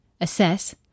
assess